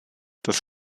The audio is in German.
das